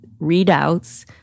readouts